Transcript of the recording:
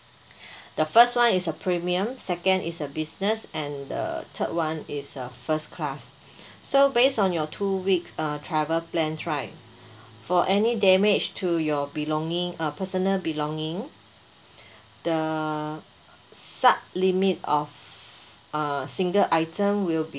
the first one is a premium second is a business and the third one it is a first class so based on your two week uh travel plans right for any damage to your belonging uh personal belonging the sub limit of uh single item will be